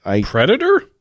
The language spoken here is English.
Predator